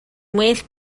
well